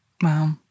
Wow